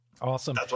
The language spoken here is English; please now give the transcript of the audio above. Awesome